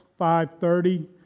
5.30